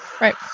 Right